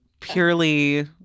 purely